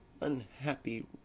unhappy